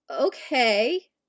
okay